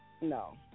No